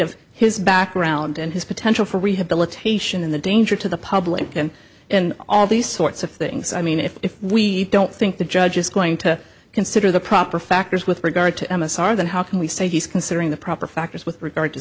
of his background and his potential for rehabilitation in the danger to the public and in all these sorts of things i mean if we don't think the judge is going to consider the proper factors with regard to m s r then how can we say he's considering the proper factors with regard to